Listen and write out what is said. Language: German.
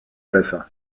besser